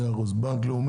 תודה.